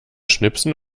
schnipsen